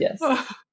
Yes